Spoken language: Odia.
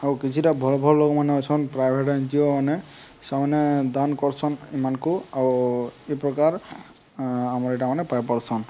ଆଉ କିଛିଟା ଭଲ ଭଲ ଲୋକମାନେ ଅଛନ୍ ପ୍ରାଇଭେଟ୍ ଏନ ଜି ଓ ମାନେ ସେମାନେ ଦାନ କରସନ୍ ଏମାନଙ୍କୁ ଆଉ ଏଇ ପ୍ରକାର ଆମର ଏଇଟା ମାନେେ ପାଇ ପାରୁସନ୍